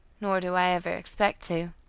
nor do i ever expect to.